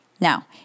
Now